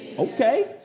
Okay